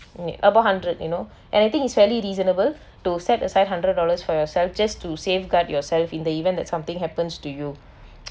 about hundred you know and I think it's fairly reasonable to set aside hundred dollars for yourself just to safeguard yourself in the event that something happens to you